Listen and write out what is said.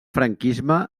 franquisme